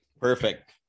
Perfect